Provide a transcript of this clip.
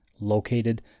located